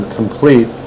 complete